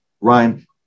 Ryan